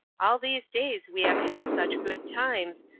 all these days we have had such good times,